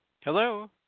hello